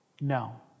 No